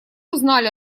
узнали